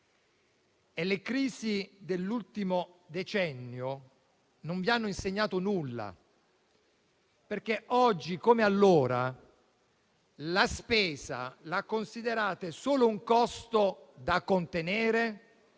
Le crisi dell'ultimo decennio non vi hanno insegnato nulla perché, oggi come allora, la spesa la considerate solo un costo da contenere